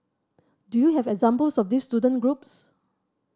do you have examples of these student groups